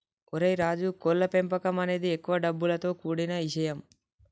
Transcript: ఓరై రాజు కోళ్ల పెంపకం అనేది ఎక్కువ డబ్బులతో కూడిన ఇషయం